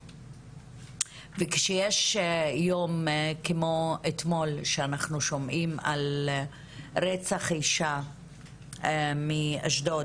כשיש יום כמו אתמול שאנחנו שומעים על רצח אישה מאשדוד,